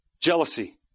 jealousy